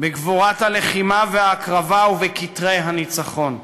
בגבורת הלחימה וההקרבה ובכתרי הניצחון.